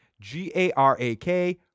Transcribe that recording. G-A-R-A-K